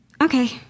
Okay